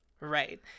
Right